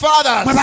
fathers